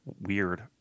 weird